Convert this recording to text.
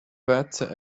veca